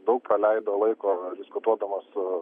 daug praleido laiko diskutuodamos su